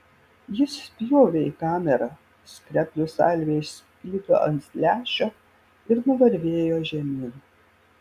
jis spjovė į kamerą skreplių salvė išsklido ant lęšio ir nuvarvėjo žemyn